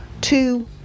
two